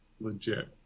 legit